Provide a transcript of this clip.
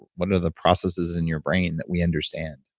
what are the processes in your brain that we understand?